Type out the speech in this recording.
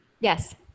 Yes